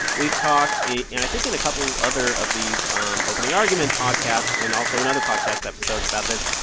we've talked in, and i think, in a couple other of these um opening arguments podcasts and also in other podcast episodes about this,